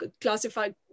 classified